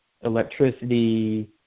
electricity